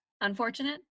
Unfortunate